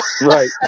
Right